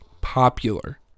popular